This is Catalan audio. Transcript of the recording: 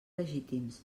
legítims